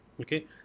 okay